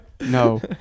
No